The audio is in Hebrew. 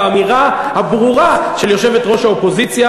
האמירה הברורה של יושבת-ראש האופוזיציה,